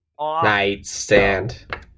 Nightstand